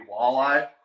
walleye